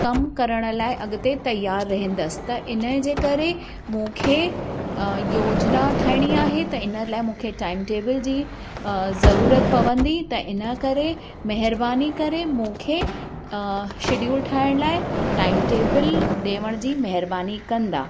कमु करण लाइ अॻिते तयारु रहंदसि त इन जे करे मूंखे योजना ठाहिणी आहे त इन लाइ मूंखे टाइम टेबल जी ज़रूरत पवंदी त इन करे महिरबानी करे मूखे शेड्यूल ठायण लाए टाइम टेबल ॾेअण जी महिरबानी कंदा